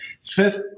fifth